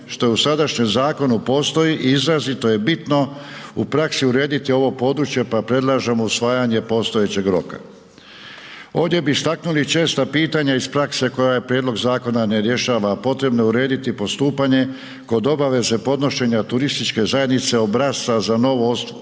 što u sadašnjem zakonu postoji i izrazito je bitno u praksi urediti ovo područje pa predlažemo usvajanje postojećeg roka. Ovdje bi istaknuli česta pitanja iz prakse koja prijedlog zakona ne rješava, a potrebo je urediti postupanje kod obaveze podnošenja turističke zajednice obrasca za novoosnovane